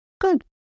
Good